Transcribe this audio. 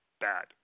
bad